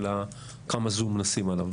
אלא כמה זום לשים עליו.